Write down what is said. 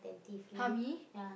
!huh! me